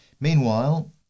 Meanwhile